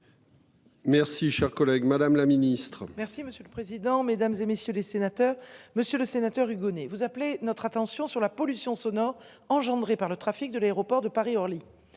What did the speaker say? Merci cher collègue Madame la Ministre. Merci monsieur le président, Mesdames, et messieurs les sénateurs, Monsieur le Sénateur. Hugonnet vous appelez notre attention sur la pollution sonore engendrée par le trafic de l'aéroport de Paris Orly